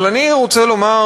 אבל אני רוצה לומר,